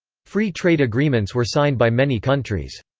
free trade agreements were signed by many countries.